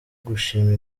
gushima